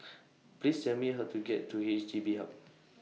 Please Tell Me How to get to H D B Hub